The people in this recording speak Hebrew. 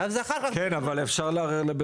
אז אני רוצה להגיד לכם,